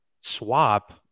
swap